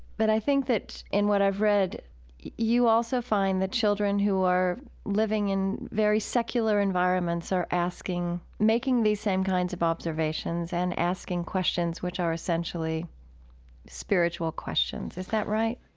but i think that in what i've read you also find that children who are living in very secular environments are making these same kinds of observations and asking questions which are essentially spiritual questions. is that right?